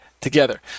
together